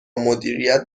مدیریت